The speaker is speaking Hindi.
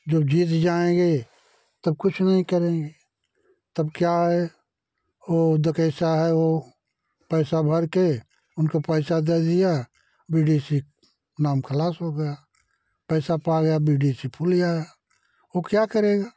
जब जीत जाएँगे तब कुछ नहीं करेंगे तब क्या है ओ दुख ऐसा है वो पैसा भर के उनको पैसा दे दिया बीडीसी नाम खलास हो गया पैसा पा गया बीडीसी फूल गया वो क्या करेगा